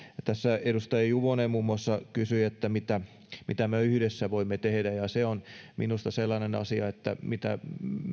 tässä edustaja juvonen muun muassa kysyi mitä me yhdessä voimme tehdä ja se on minusta sellainen asia mitä